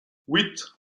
huit